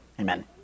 Amen